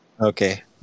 okay